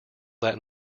that